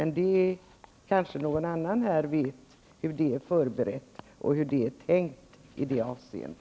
Kanske någon annan här vet hur det är tänkt i detta avseende.